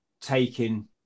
taking